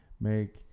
make